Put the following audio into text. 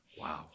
Wow